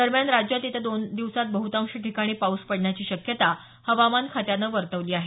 दरम्यान राज्यात येत्या दोन दिवसात बहुतांश ठिकाणी पाऊस पडण्याची शक्यता हवामान खात्यानं वर्तवली आहे